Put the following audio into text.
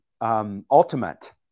ultimate